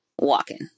walking